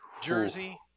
jersey